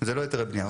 זה לא היתרי בנייה,